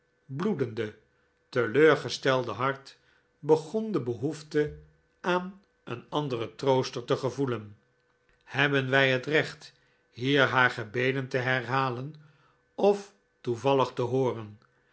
bloedende teleurgestelde hart begon de behoefte aan een anderen trooster te gevoelen hebben wij het recht hier haar gebeden te herhalen of toevallig tehooren